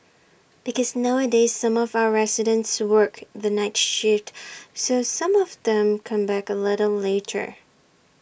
because nowadays some of our residents work the night shift so some of them come back A little later